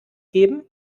geben